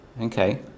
Okay